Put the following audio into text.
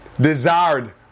desired